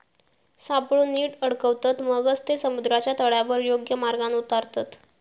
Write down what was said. सापळो नीट अडकवतत, मगच ते समुद्राच्या तळावर योग्य मार्गान उतारतत